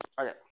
Okay